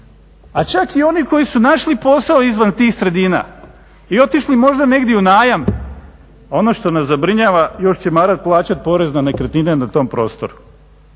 a čak i onih koji su našli posao izvan tih sredina i otišli možda negdje u najam. Ono što nas zabrinjava, još će morat plaćat porez na nekretnine na tom prostoru,